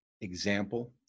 example